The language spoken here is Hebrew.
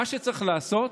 מה שצריך לעשות